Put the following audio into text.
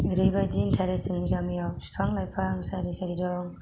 ओरैबायदि इन्थारेस्ट जोंनि गामियाव बिफां लाइफां सारि सारि दं